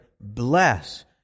bless